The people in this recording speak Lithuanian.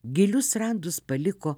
gilius randus paliko